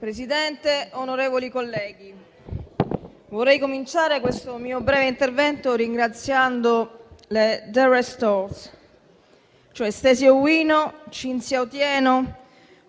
Presidente, onorevoli colleghi, vorrei cominciare questo mio breve intervento ringraziando The Restorers, cioè Stacy Owino, Cynthia Otieno,